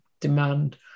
demand